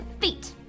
feet